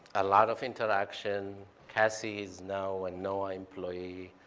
a lot of interaction. cassie is now a noaa employee.